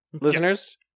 Listeners